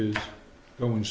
is going